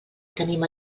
tenim